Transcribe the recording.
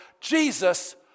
Jesus